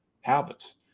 habits